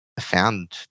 found